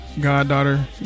Goddaughter